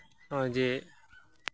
ᱱᱚᱜᱼᱚᱭ ᱡᱮ